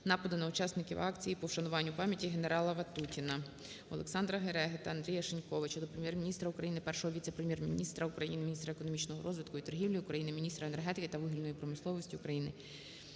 нападу на учасників акції по вшануванню пам'яті Генерала Ватутіна. ОлександраГереги та Андрія Шиньковича до Прем'єр-міністра України, Першого віце-прем'єр-міністра України - міністра економічного розвитку і торгівлі України, міністра енергетики та вугільної промисловості України